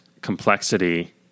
complexity